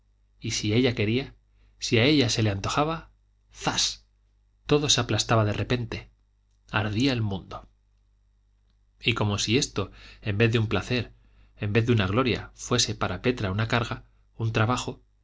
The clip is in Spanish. y si ella quería si a ella se le antojaba zas todo se aplastaba de repente ardía el mundo y como si esto en vez de un placer en vez de una gloria fuese para petra una carga un trabajo